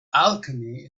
alchemy